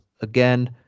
again